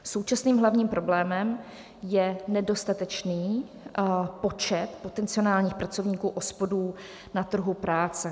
Současným hlavním problémem je nedostatečný počet potenciálních pracovníků OSPOD na trhu práce.